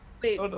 Wait